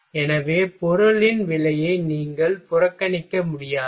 எனவே பொருளின் விலையை நீங்கள் புறக்கணிக்க முடியாது